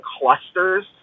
clusters